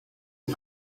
est